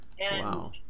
Wow